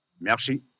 Merci